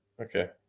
okay